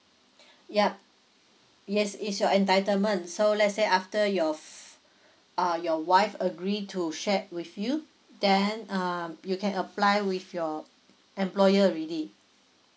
yup yes it's your entitlement so let's say after your f~ uh your wife agree to share with you then um you can apply with your employer already